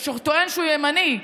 שטוען שהוא ימני,